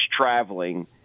traveling